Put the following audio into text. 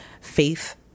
faith